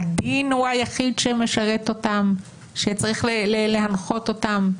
הדין הוא היחיד שמשרת אותם וצריך להנחות אותם?